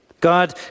God